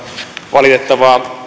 valitettavaa